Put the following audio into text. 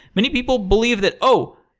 many people believe that, oh!